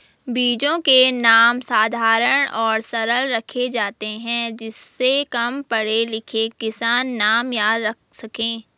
बीजों के नाम साधारण और सरल रखे जाते हैं जिससे कम पढ़े लिखे किसान नाम याद रख सके